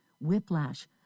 whiplash